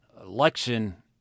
election